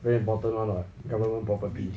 very important [one] [what] government property